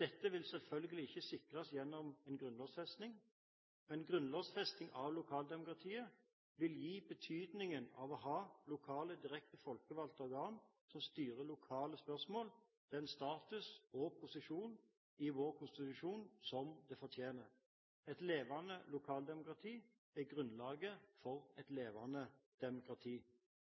Dette vil selvfølgelig ikke sikres gjennom en grunnlovfesting, men grunnlovfesting av lokaldemokratiet vil gi betydningen av å ha lokale direkte folkevalgte organer som styrer lokale spørsmål, en status og posisjon i vår konstitusjon som det fortjener. Et levende lokaldemokrati er grunnlaget for et levende demokrati.